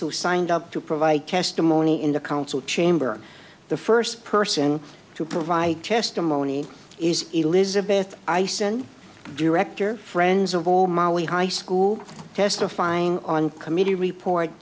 who signed up to provide a cast of money in the council chamber the first person to provide testimony is elizabeth i send director friends of all molly high school testifying on committee report